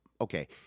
Okay